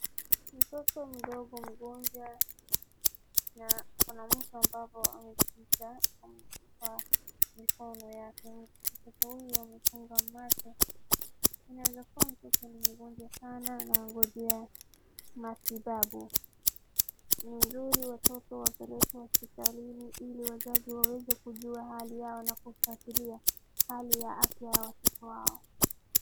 Mtoto mdogo mgonjwa, na kuna mtu ambaye amemshika kwa mikono yake, mtoto huyu amefunga macho, inaeza kuwa mtoto ni mgonjwa sana anangojea matibabu. Ni vizuri watoto wapelekwa hospitalini ili wazazi waweze kujua hali yao na kufuatilia hali ya watoto wao.